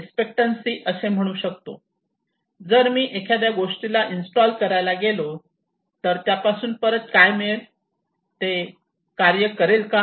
जर मी एखाद्या गोष्टीला इन्स्टॉल करायला गेलो तर त्यापासून परत काय मिळेल ते कार्य करेल का